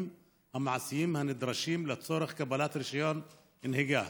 המעשיים הנדרשים לצורך קבלת רישיון נהיגה,